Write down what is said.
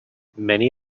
many